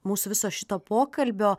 mūsų viso šito pokalbio